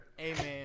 Amen